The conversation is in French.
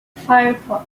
firefox